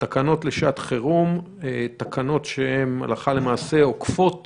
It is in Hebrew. לשעת חירום, תקנות שהן הלכה למעשה עוקפות